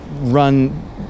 run